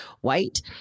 white